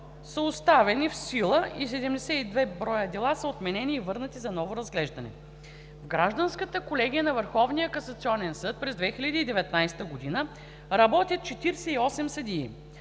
са оставени в сила и 72 броя дела са отменени и върнати за ново разглеждане. В Гражданската колегия на Върховния касационен съд през 2019 г. работят 48 съдии.